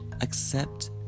accept